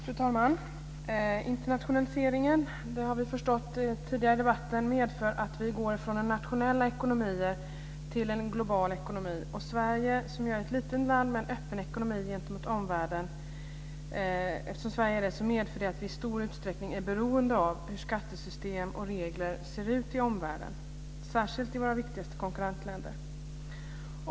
Fru talman! På den tidigare debatten har vi förstått att internationaliseringen medför att vi går från nationella ekonomier till en global ekonomi. Sverige är ett litet land med en öppen ekonomi gentemot omvärlden. Detta medför att Sverige i stor utsträckning är beroende av hur skattesystem och regler ser ut i omvärlden, särskilt i våra viktigaste konkurrentländer.